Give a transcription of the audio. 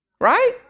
Right